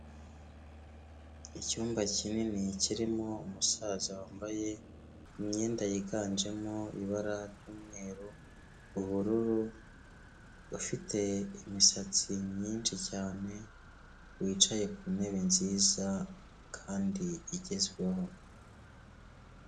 Icyumba kinini kirimo umusaza wambaye imyenda yiganjemo ibara ry'umweru, ubururu, ufite imisatsi myinshi cyane, wicaye ku ntebe nziza kandi igezweho.